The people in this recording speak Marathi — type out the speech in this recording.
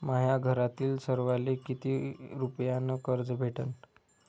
माह्या घरातील सर्वाले किती रुप्यान कर्ज भेटन?